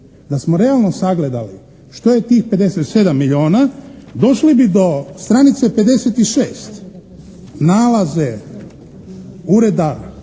Da smo realno sagledali što je tih 57 milijuna, došli bi do stranice 56 nalaze Ureda